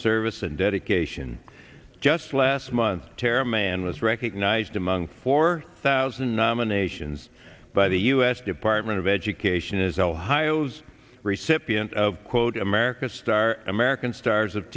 service and dedication just last month tara man was recognized among four thousand nominations by the u s department of education is ohio's recipient of quote america star american stars of